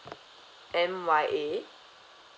M Y A